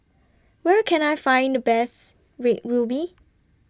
Where Can I Find The Best Red Ruby